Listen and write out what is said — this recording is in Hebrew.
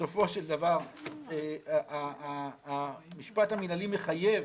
בסופו של דבר המשפט המנהלי מחייב